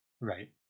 right